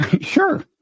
Sure